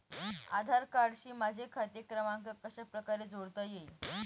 आधार कार्डशी माझा खाते क्रमांक कशाप्रकारे जोडता येईल?